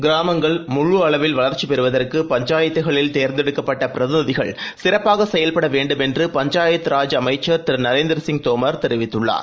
கிராமங்கள் முழு அளவில் வளர்ச்சி பெறுவதற்கு பஞ்சாயத்துகளில் தேர்ந்தெடுக்கப்பட்ட பிரதிநிதிகள் சிறப்பாக செயல்பட வேண்டும் என்று பஞ்சாயத்து ராஜ் அமைச்சர் திரு நரேந்திர சிங் தோமர் தெரிவித்துள்ளார்